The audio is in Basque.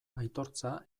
aitortza